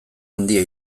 handia